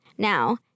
Now